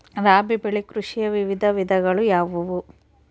ರಾಬಿ ಬೆಳೆ ಕೃಷಿಯ ವಿವಿಧ ವಿಧಗಳು ಯಾವುವು?